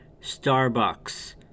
Starbucks